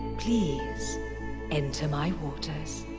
please enter my waters.